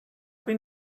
been